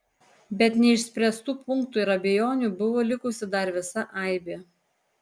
bet neišspręstų punktų ir abejonių buvo likusi dar visa aibė